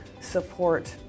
support